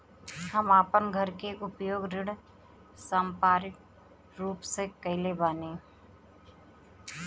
हम आपन घर के उपयोग ऋण संपार्श्विक के रूप में कइले बानी